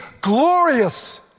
glorious